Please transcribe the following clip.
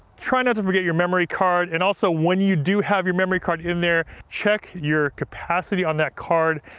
try not to forget your memory card. and also, when you do have your memory card in there, check your capacity on that card.